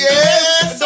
Yes